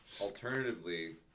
Alternatively